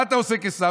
מה אתה עושה כשר?